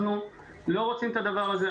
אנחנו לא רוצים את הדבר הזה.